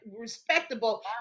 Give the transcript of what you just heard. respectable